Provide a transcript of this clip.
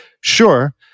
Sure